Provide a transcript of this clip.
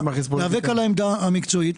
להיאבק על העמדה המקצועית.